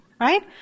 Right